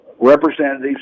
representatives